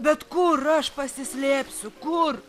bet kur aš pasislėpsiu kur